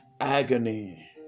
agony